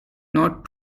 not